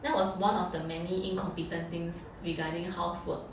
that was one of the many incompetent things regarding housework